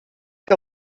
que